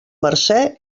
mercè